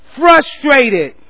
frustrated